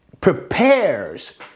prepares